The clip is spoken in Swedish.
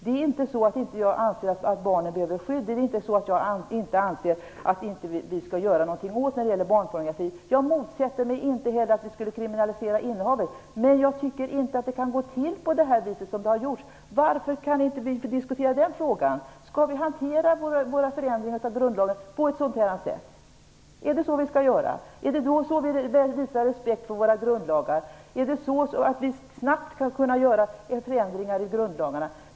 Det är inte så att jag inte anser att barnen behöver skydd eller att jag inte anser att vi skall göra någonting åt barnpornografin. Jag motsätter mig inte heller en kriminalisering av innehav. Men jag tycker inte att det kan gå till på det här viset. Varför kan vi inte diskutera den frågan? Skall vi hantera våra förändringar av grundlagen på ett sådant sätt? Är det så vi skall göra? Är det så vi visar respekt för våra grundlagar? Skall vi snabbt kunna göra förändringar i grundlagen?